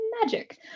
magic